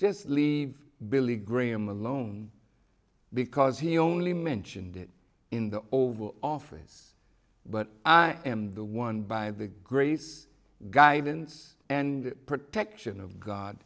just leave billy graham alone because he only mentioned it in the oval office but i am the one by the grace guidance and protection of god